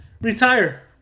Retire